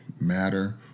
matter